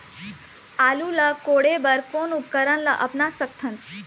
आलू ला कोड़े बर कोन उपकरण ला अपना सकथन?